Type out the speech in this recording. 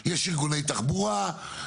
כולל סדרי דיון ודברים כאלה?